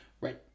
right